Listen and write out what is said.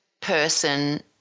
person